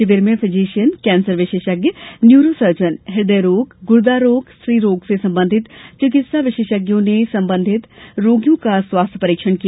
शिविर में physician cancer विशेषज्ञ न्यूरो र्सजन इदय रोग गुर्दा रोग स्त्री रोग से संबधित चिकित्सा विशेषज्ञों ने पंजीकृत रोगियों का स्वास्थ्य परीक्षण किया